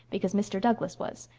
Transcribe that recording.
because mr. douglas was.